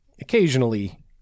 occasionally